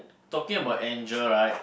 talking about angel right